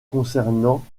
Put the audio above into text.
concernant